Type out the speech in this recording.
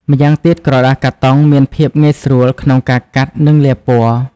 ម៉្យាងទៀតក្រដាសកាតុងមានភាពងាយស្រួលក្នុងការកាត់ និងលាបពណ៌។